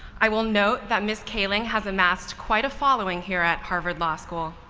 i will note that ms. kaling has amassed quite a following here at harvard law school.